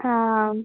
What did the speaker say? हाम्